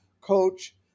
coach